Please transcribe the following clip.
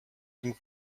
dem